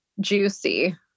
juicy